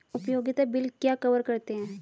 उपयोगिता बिल क्या कवर करते हैं?